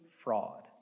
fraud